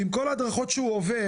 עם כל ההדרכות שהוא עובר,